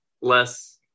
less